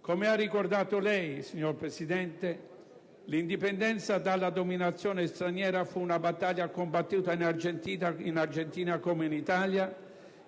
Come ha ricordato lei, signor Presidente, l'indipendenza dalla dominazione straniera fu una battaglia combattuta in Argentina come in Italia